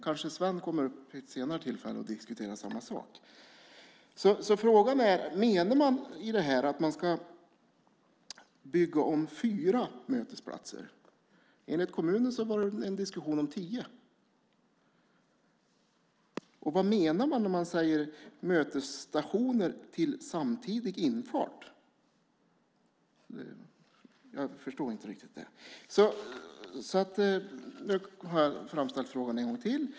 Kanske Sven Bergström kommer upp senare och diskuterar samma sak. Frågan är: Menar man att man ska bygga om fyra mötesplatser? Enligt kommunen var det en diskussion om tio. Vad menar man när man säger "mötesstationer till samtidig infart"? Jag förstår inte riktigt det. Nu har jag framställt frågan en gång till.